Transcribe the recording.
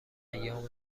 ایام